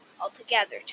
altogether